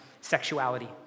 sexuality